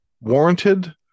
warranted